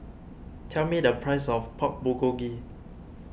tell me the price of Pork Bulgogi